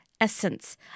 essence